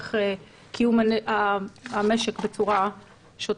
המשך קיום המשק בצורה שוטפת.